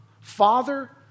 Father